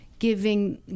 giving